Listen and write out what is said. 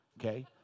Okay